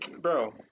bro